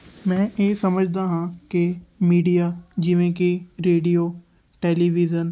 ਮੈਂ ਇਹ ਸਮਝਦਾ ਹਾਂ ਕਿ ਮੀਡੀਆ ਜਿਵੇਂ ਕਿ ਰੇਡੀਓ ਟੈਲੀਵਿਜ਼ਨ